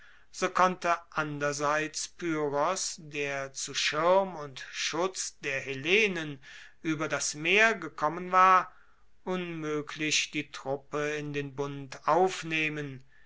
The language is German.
so konnte anderseits pyrrhos der zu schirm und schutz der hellenen ueber das meer gekommen war unmoeglich die truppe in den bund aufnehmen